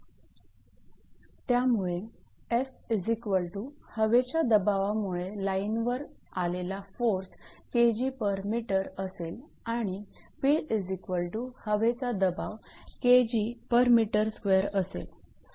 त्यामुळे 𝐹 हवेच्या दबावामुळे लाईनवर आलेला फोर्स 𝐾𝑔𝑚 असेल आणि 𝑝 हवेचा दबाव 𝐾𝑔𝑚2 असेल